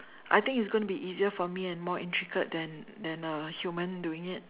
I think is gonna be easier for me and more intricate than than a human doing it